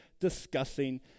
discussing